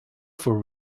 for